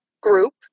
group